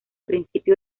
principio